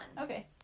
Okay